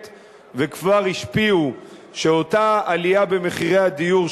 וכבר השפיעו: אותה עלייה במחירי הדיור,